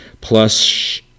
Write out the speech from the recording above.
Plus